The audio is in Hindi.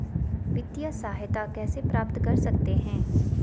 वित्तिय सहायता कैसे प्राप्त कर सकते हैं?